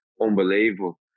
unbelievable